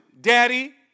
Daddy